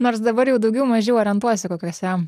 nors dabar jau daugiau mažiau orientuojuosi kokiuose